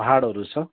पाहाडहरू छ